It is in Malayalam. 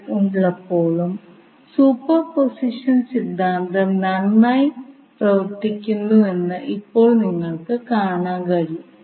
ഈ ഉദാഹരണത്തിൽ മെഷ് വിശകലനം നമ്മൾ എങ്ങനെ പ്രയോഗിക്കുമെന്ന് മനസിലാക്കാൻ ശ്രമിക്കാം